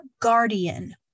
Guardian